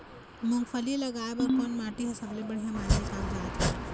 मूंगफली लगाय बर कोन माटी हर सबले बढ़िया माने कागजात हे?